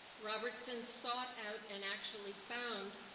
robertson sought out and actually found,